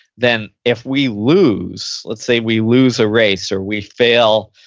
then if we lose, let's say we lose a race or we fail,